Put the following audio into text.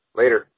later